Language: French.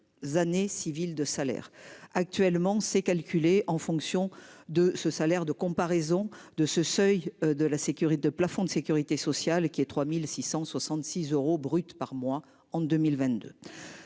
Années civile de salaire actuellement c'est calculé en fonction de ce salaire de comparaison de ce seuil, de la sécurité de plafond de sécurité sociale qui est 3666 euros brut par mois en 2022.